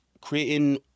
creating